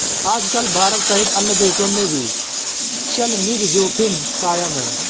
आजकल भारत सहित अन्य देशों में भी चलनिधि जोखिम कायम है